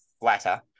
flatter